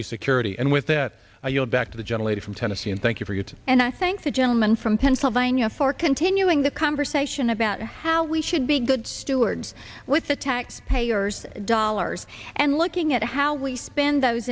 energy security and with that you'll back to the generator from tennessee and thank you for your time and i thank the gentleman from pennsylvania for continuing the conversation about how we should be good stewards with the taxpayers dollars and looking at how we spend those